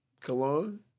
Cologne